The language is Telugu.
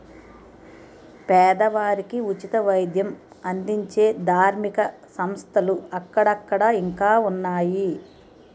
పేదవారికి ఉచిత వైద్యం అందించే ధార్మిక సంస్థలు అక్కడక్కడ ఇంకా ఉన్నాయి